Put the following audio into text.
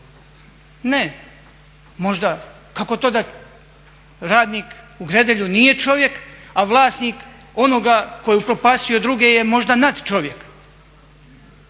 Ne. Kako to da radnik u Gredelju nije čovjek, a vlasnik onoga tko je upropastio druge je možda nadčovjek.